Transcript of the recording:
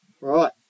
right